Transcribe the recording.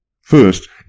First